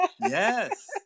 Yes